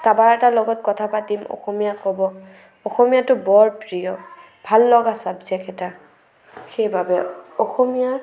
কাৰোবাৰ এটাৰ লগত কথা পাতিম অসমীয়া ক'ব অসমীয়াটো বৰ প্ৰিয় ভাল লগা চাবজেক্ট এটা সেইবাবে অসমীয়াৰ